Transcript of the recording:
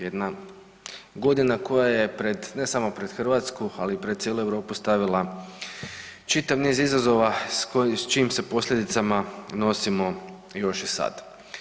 Jedna godina koja je pred ne samo pred Hrvatsku, nego i pred cijelu Europu stavila čitav niz izazova sa čijim se posljedicama nosimo još i sad.